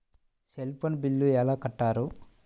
Cell phone bill ఎలా కట్టారు?